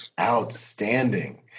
outstanding